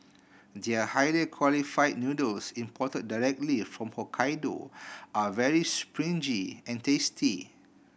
their higher quality noodles imported directly from Hokkaido are very springy and tasty